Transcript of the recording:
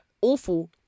awful